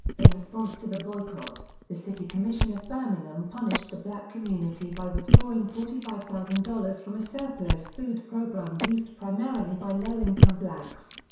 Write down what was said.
in response to the boycott, the city commission of birmingham punished the black community by withdrawing forty five thousand dollars from a surplus-food program used primarily by low-income blacks.